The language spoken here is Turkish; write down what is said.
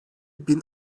bin